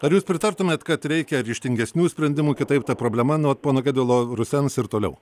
ar jūs pritartumėt kad reikia ryžtingesnių sprendimų kitaip ta problema anot pono gedvilo rusens ir toliau